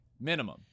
minimum